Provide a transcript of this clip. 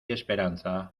esperanza